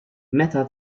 meta